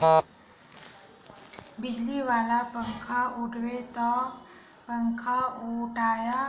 बिजली वाला पंखाम ओसाबे त पंखाओटइया